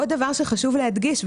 עוד דבר שחשוב להדגיש,